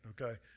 okay